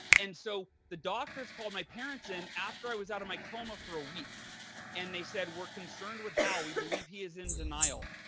and so, the doctors called my parents in after i was out of my coma for a week and they said, we're concerned with hal. we believe he is in denial.